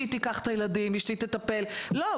ה-'אשתי תקח את הילדים', 'אשתי תטפל.' לא.